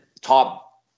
top